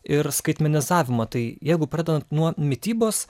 ir skaitmenizavimą tai jeigu pradedant nuo mitybos